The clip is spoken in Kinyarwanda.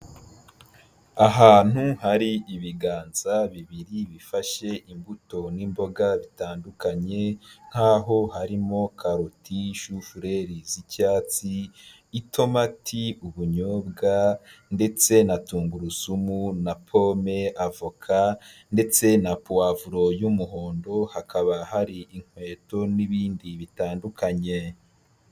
Ahantu hari ibiganza bibiri bifashe imbuto n'imboga bitandukanye nk'aho harimo karoti, shufureri z'icyatsi, itomati, ubunyobwa ndetse na tungurusumu na pome, avoka ndetse na pavuro y'umuhondo, hakaba hari inkweto n'ibindi bitandukanye.